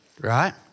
right